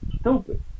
stupid